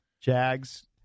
Jags